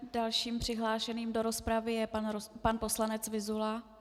Dalším přihlášeným do rozpravy je pan poslanec Vyzula.